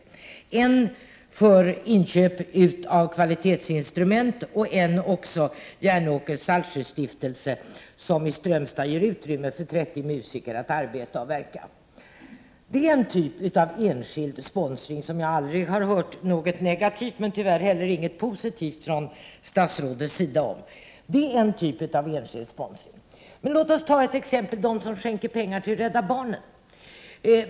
Den ena fonden är till för inköp av kvalitetsinstrument. Den andra fonden, Järnåkers saltsjöstiftelse, ger i Strömstad utrymme för 30 musiker att arbeta och verka. Detta är en typ av enskild sponsring som jag aldrig har hört något negativt om men tyvärr inte heller något positivt om från statsrådets sida. Det är en typ av enskild sponsring. Men låt oss ta exemplet med de människor som skänker pengar till Rädda barnen.